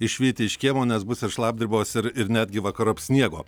išvyti iš kiemo nes bus ir šlapdribos ir ir netgi vakarop sniego